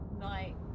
night